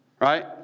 right